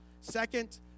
Second